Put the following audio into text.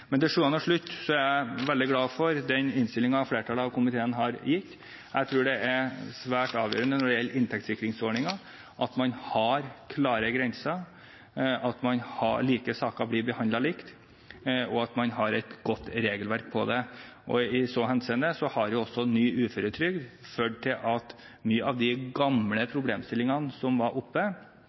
Til sjuende og sist er jeg veldig glad for den innstillingen flertallet i komiteen har avgitt. Jeg tror det er svært avgjørende når det gjelder inntektssikringsordningen, at man har klare grenser, at like saker blir behandlet likt, og at man har et godt regelverk på det. I så henseende har også ny uføretrygd ført til at mange av de gamle problemstillingene som var oppe,